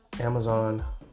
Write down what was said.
Amazon